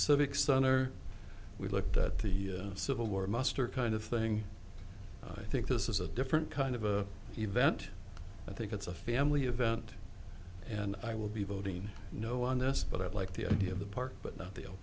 civic center we looked at the civil war muster kind of thing i think this is a different kind of a event i think it's a family event and i will be voting no on this but i like the idea of the park but not